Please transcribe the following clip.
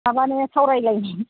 माबानो सावरायलायनि